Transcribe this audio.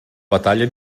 battaglia